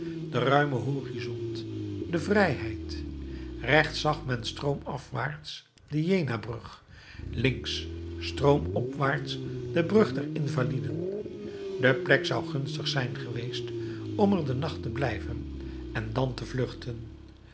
den ruimen horizont de vrijheid rechts zag men stroomafwaarts de jena brug links stroomopwaarts de brug der invaliden de plek zou gunstig zijn geweest om er den nacht te blijven en dan te vluchten